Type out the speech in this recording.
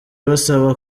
basaba